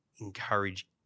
encourage